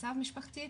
מצב משפחתי,